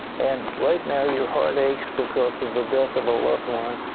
and right now your heart aches because of the death of a loved one.